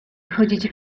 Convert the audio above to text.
chodzić